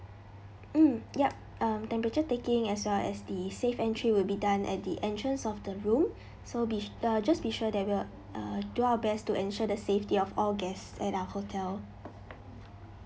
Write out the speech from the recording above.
mm yup um temperature taking as well as the safe entry will be done at the entrance of the room so be uh just be sure that we'll uh do our best to ensure the safety of all guests at our hotel